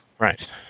Right